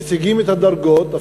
משיגים את הדרגות,